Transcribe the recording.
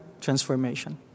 transformation